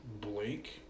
Blake